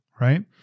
right